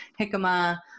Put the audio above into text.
jicama